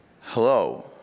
Hello